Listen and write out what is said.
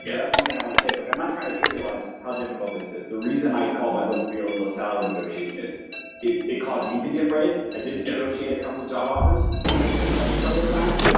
yeah that's one thing i wanna say is like i'm not trying to trivialize how difficult this is. the reason i called my book fearless salary negotiation is it it caused me to be afraid. i didn't negotiate a couple of job offers. i took pay cuts a couple of times,